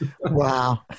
Wow